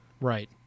Right